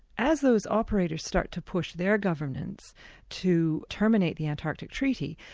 as those operators start to push their governments to terminate the antarctic treaty,